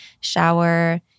shower